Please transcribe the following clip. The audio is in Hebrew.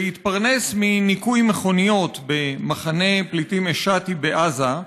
שהתפרנס מניקוי מכוניות במחנה פליטים א-שאטי בעזה,